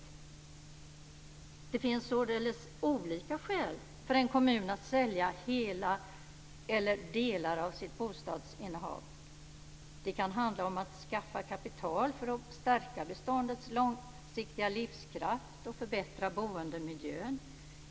Det finns således olika skäl för en kommun att sälja hela, eller delar av, sitt bostadsinnehav. Det kan handla om att skaffa kapital för att stärka beståndets långsiktiga livskraft och förbättra boendemiljön.